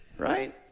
right